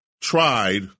tried